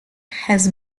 has